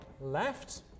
left